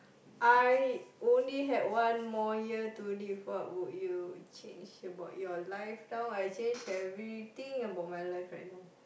I only had one more year to live what would you change about your life now I change everything about my life right now